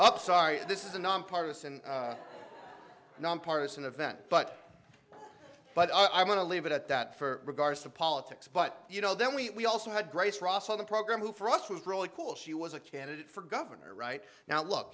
up sorry this is a nonpartisan nonpartisan event but but i want to leave it at that for regardless of politics but you know then we also had grace ross on the program who for us was really cool she was a candidate for governor right now look